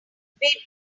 better